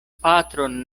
patron